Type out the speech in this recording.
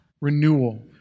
renewal